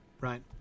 right